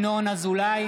בעד ישראל